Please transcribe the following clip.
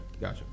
gotcha